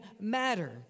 matter